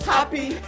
Happy